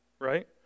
right